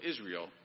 Israel